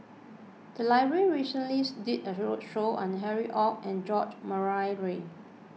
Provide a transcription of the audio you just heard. the library recently did a roadshow on Harry Ord and George Murray Reith